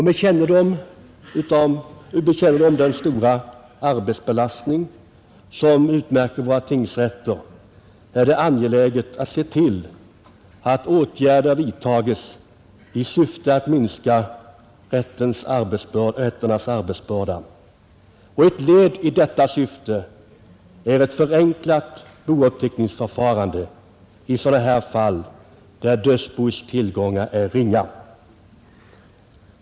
Med kännedom om den stora arbetsbelastning som utmärker våra tingsrätter anser jag det angeläget att åtgärder vidtas i syfte att minska arbetsbördan där, och ett led i detta syfte är ett förenklat bouppteckningsförfarande i sådana här fall där dödsboets tillgångar är ringa.